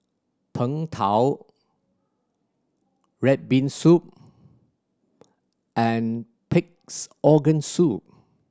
Png Tao red bean soup and Pig's Organ Soup